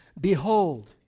Behold